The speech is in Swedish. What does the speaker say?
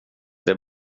det